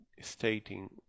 stating